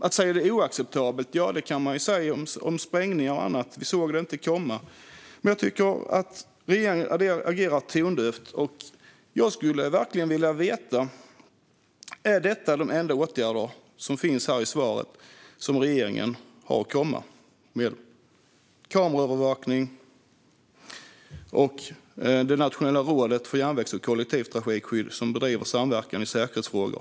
Att säga att det är oacceptabelt - ja, det kan man ju säga om sprängningar och annat. Man såg det inte komma. Men jag tycker att regeringen agerar tondövt. Jag skulle verkligen vilja veta: Är de åtgärder som finns i svaret det enda som regeringen har att komma med? Det handlar om kameraövervakning och det nationella rådet för järnvägs och kollektivtrafikskydd, som bedriver samverkan i säkerhetsfrågor.